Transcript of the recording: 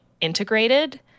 integrated